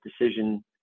decision